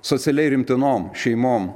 socialiai remtinom šeimom